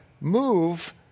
move